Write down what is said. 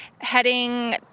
heading